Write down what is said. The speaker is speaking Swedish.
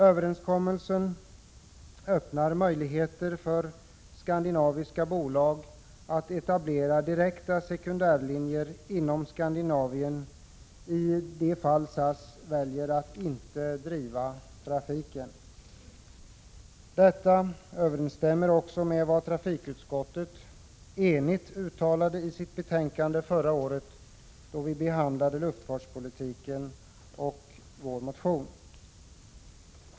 Överenskommelsen öppnar möjligheter för skandinaviska bolag att etablera direkta sekundärlinjer inom Skandinavien i de fall SAS väljer att inte driva trafiken. Detta överensstämmer också med vad trafikutskottet enigt uttalade i sitt betänkande förra året, då vi behandlade luftfartspolitiken och vår motion.